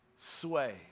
sway